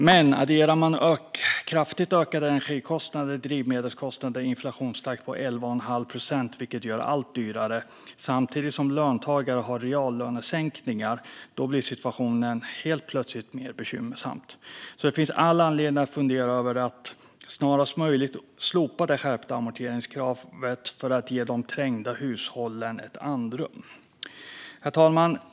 Men adderar man kraftigt ökade energikostnader, drivmedelskostnader och en inflationstakt på 11,5 procent som gör allt dyrare samtidigt som löntagare har reallönesänkningar blir situationen helt plötsligt mer bekymmersam. Det finns all anledning att fundera över att snarast möjligt slopa det skärpta amorteringskravet för att ge de trängda hushållen andrum. Herr talman!